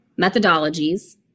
methodologies